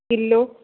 kilo